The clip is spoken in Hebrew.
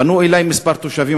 פנו אלי כמה תושבים,